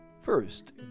First